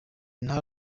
nta